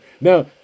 Now